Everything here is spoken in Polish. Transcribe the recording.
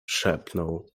szepnął